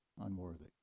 unworthy